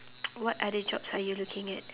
what other jobs are you looking at